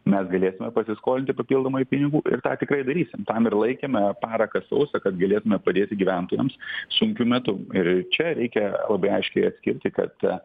mes galėtume pasiskolinti papildomai pinigų ir tą tikrai darysim tam ir laikėme paraką sausą kad galėtume padėti gyventojams sunkiu metu ir čia reikia labai aiškiai atskirti kad